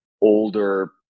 older